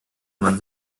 man